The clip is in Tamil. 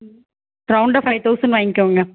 ம் ரவுண்டாக ஃபைவ் தௌசண்ட் வாங்கிக்கோங்க